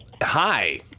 Hi